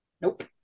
Nope